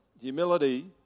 Humility